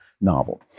novel